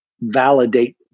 validate